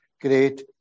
great